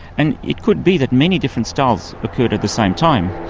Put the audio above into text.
and it could be that many different styles occurred at the same time.